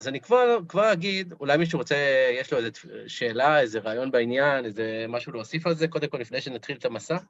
אז אני כבר אגיד, אולי מישהו רוצה, יש לו איזו שאלה, איזה רעיון בעניין, איזה משהו להוסיף על זה, קודם כל, לפני שנתחיל את המסע?